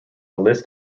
list